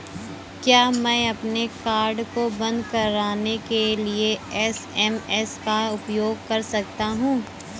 क्या मैं अपने कार्ड को बंद कराने के लिए एस.एम.एस का उपयोग कर सकता हूँ?